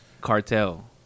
cartel